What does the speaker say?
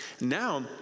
Now